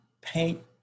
paint